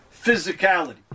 physicality